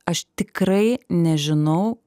aš tikrai nežinau